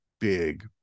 big